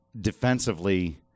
defensively